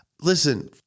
Listen